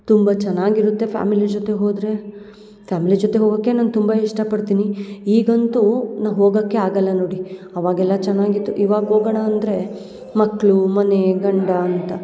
ತುಂಬ ಚೆನ್ನಾಗಿರುತ್ತೆ ಫ್ಯಾಮಿಲಿ ಜೊತೆ ಹೋದರೆ ಫ್ಯಾಮ್ಲಿ ಜೊತೆ ಹೋಗಕ್ಕೆ ನಂಗೆ ತುಂಬ ಇಷ್ಟ ಪಡ್ತೀನಿ ಈಗಂತೂ ನಾವು ಹೋಗಕ್ಕೆ ಆಗಲ್ಲ ನೋಡಿ ಅವಾಗೆಲ್ಲ ಚೆನ್ನಾಗಿ ಇತ್ತು ಇವಾಗ ಹೋಗೊಣ ಅಂದರೆ ಮಕ್ಕಳು ಮನೆ ಗಂಡ ಅಂತ